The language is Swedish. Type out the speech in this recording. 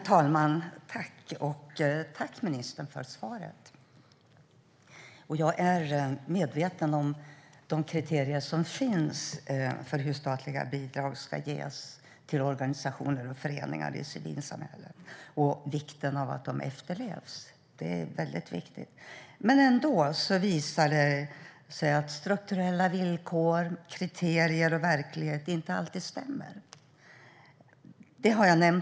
Herr talman! Tack, ministern, för svaret! Jag är medveten om de kriterier som finns för hur statliga bidrag ska ges till organisationer och föreningar i civilsamhället och vikten av att de efterlevs. Det är väldigt viktigt. Men det visar sig ändå att strukturella villkor och kriterier inte alltid stämmer med verkligheten.